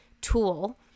tool